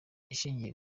ashingiye